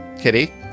Kitty